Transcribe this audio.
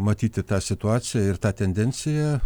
matyti tą situaciją ir tą tendenciją